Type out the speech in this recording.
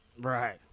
Right